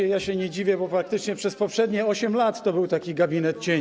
Ale ja się nie dziwię, bo praktycznie przez poprzednie 8 lat to był taki gabinet cieni.